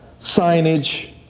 signage